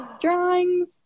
drawings